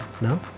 No